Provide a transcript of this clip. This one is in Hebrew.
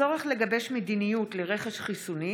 הצורך לגבש מדיניות לרכש חיסונים.